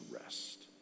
rest